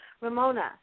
Ramona